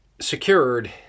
secured